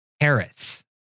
Harris